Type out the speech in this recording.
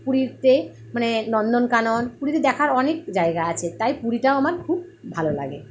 পুরীতে মানে নন্দনকানন পুরীতে দেখার অনেক জায়গা আছে তাই পুরীটা আমার খুব ভালো লাগে